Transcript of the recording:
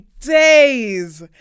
days